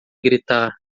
gritar